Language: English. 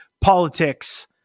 politics